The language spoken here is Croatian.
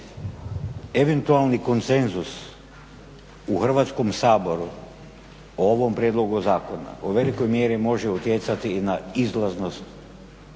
Eventualni konsenzus u Hrvatskom saboru o ovom prijedlogu zakona u velikoj mjeri može utjecati i na izlaznost